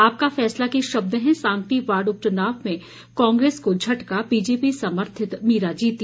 आपका फैसला के शब्द हैं सांगटी वार्ड उपचुनाव में कांग्रेस को झटका बीजेपी समर्थित मीरा जीती